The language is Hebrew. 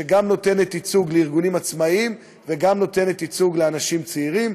שנותנת ייצוג גם לארגונים עצמאיים וגם לאנשים צעירים.